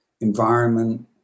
environment